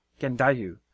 Gendayu